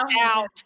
out